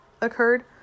occurred